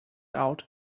out